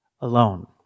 alone